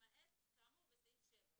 למעט כאמור בסעיף 7",